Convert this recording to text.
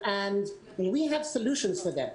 יש לנו פתרונות עבורם.